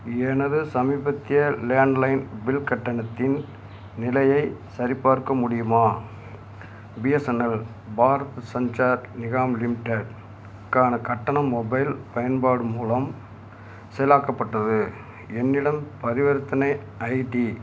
எனது சமீபத்திய landline bill கட்டணத்தின் நிலையைச் சரிபார்க்க முடியுமா பிஎஸ்என்எல் பாரத் சஞ்சார் நிகாம் லிமிடெட் க்கான கட்டணம் மொபைல் பயன்பாடு மூலம் செயலாக்கப்பட்டது என்னிடம் பரிவர்த்தனை ஐடி